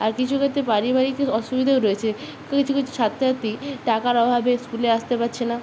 আর কিছু ক্ষেত্রে পারিবারিক অসুবিধেও রয়েছে কিছু কিছু ছাত্র ছাত্রী টাকার অভাবে স্কুলে আসতে পারছে না